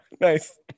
nice